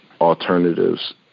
alternatives